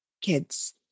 kids